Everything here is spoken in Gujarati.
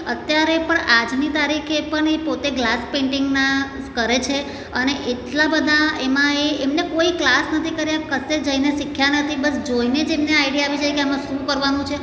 અત્યારે પણ આજની તારીખે પણ એ પોતે ગ્લાસ પેન્ટિંગના કરે છે અને એટલા બધા એમાં એ એમને કોઈ ક્લાસ નથી કર્યા કશે જઈને શીખ્યા નથી બસ જોઈને જ એમને આઇડિયા આવી જાય કે આમાં શું કરવાનું છે